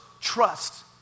trust